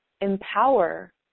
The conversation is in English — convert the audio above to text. empower